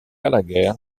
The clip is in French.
gallagher